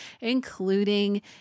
including